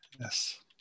Yes